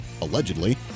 allegedly